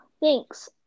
Thanks